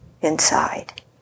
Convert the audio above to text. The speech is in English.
inside